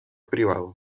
privado